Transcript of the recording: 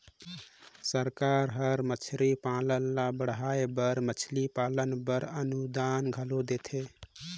सरकार हर मछरी पालन ल बढ़ाए बर मछरी पालन बर अनुदान घलो देथे